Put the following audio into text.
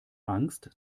angst